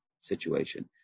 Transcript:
situation